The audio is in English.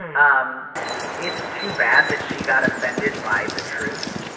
um it's too bad that she got offended by the truth.